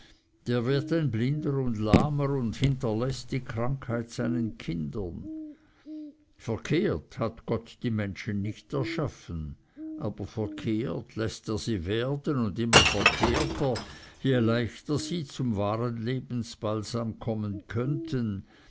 der wird ein blinder und lahmer und hinterläßt die krankheit seinen kindern verkehrt hat gott die menschen nicht erschaffen aber verkehrt läßt er sie werden und immer verkehrter je leichter sie zum wahren lebensbalsam kommen könnten